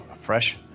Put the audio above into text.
Fresh